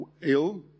ill